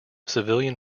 civilian